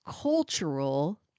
cultural